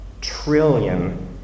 trillion